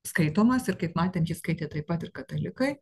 skaitomas ir kaip matėm jį skaitė taip pat ir katalikai